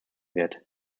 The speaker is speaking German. wird